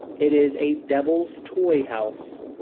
it is a devil's toy-house.